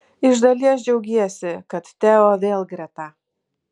iš dalies džiaugiesi kad teo vėl greta